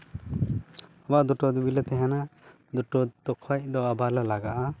ᱟᱵᱟᱨ ᱫᱩᱴᱟ ᱦᱟᱵᱤᱡ ᱞᱮ ᱛᱟᱦᱮᱱᱟ ᱫᱩᱴᱳ ᱠᱷᱚᱡ ᱫᱚ ᱟᱵᱟᱨ ᱞᱮ ᱞᱟᱜᱟᱜᱼᱟ